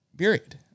Period